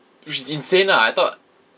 which is insane lah I thought